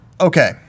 Okay